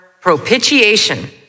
propitiation